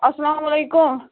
اَسلام علیکُم